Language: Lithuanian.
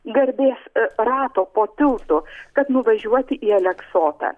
garbės rato po tiltu kad nuvažiuoti į aleksotą